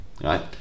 Right